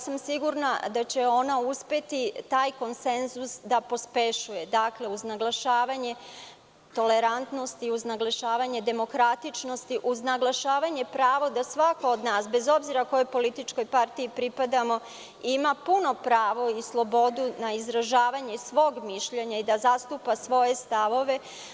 Sigurna sam da će ona uspeti taj konsenzus da pospešuje uz naglašavanje tolerantnosti, uz naglašavanje demokratičnosti, uz naglašavanje prava da svako od nas, bez obzira kojoj političkoj partiji pripadamo, imao puno pravo i slobodu na izražavanje svog mišljenja i da zastupa svoje stavove.